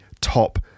top